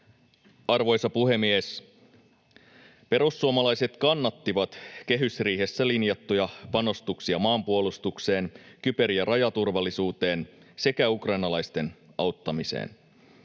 Arvoisa puhemies! Perussuomalaiset kannattivat kehysriihessä linjattuja panostuksia maanpuolustukseen, kyber- ja rajaturvallisuuteen sekä ukrainalaisten auttamiseen.